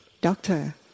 Doctor